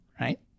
right